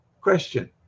Question